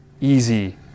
easy